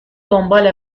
دنبال